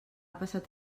passat